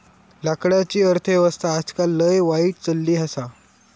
लाकडाची अर्थ व्यवस्था आजकाल लय वाईट चलली आसा